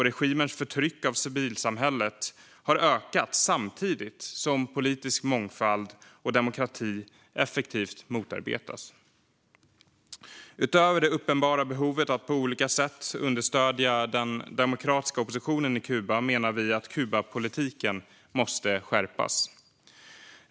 Regimens förtryck av civilsamhället har ökat samtidigt som politisk mångfald och demokrati effektivt motarbetas. Utöver det uppenbara behovet av att på olika sätt understödja den demokratiska oppositionen i Kuba menar vi att Kubapolitiken måste skärpas.